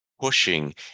pushing